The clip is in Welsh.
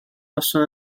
noson